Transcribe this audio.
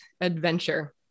adventure